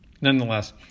Nonetheless